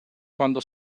quando